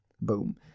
Boom